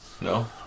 No